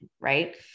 Right